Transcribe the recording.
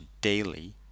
daily